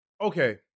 Okay